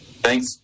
Thanks